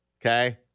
Okay